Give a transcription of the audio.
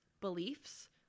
beliefs